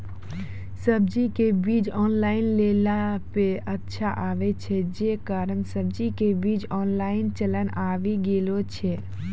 सब्जी के बीज ऑनलाइन लेला पे अच्छा आवे छै, जे कारण सब्जी के बीज ऑनलाइन चलन आवी गेलौ छै?